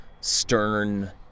stern